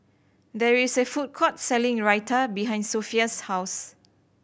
there is a food court selling Raita behind Sophia's house